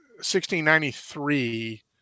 1693